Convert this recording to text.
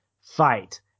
fight